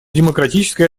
демократической